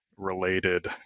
related